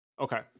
Okay